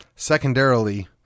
Secondarily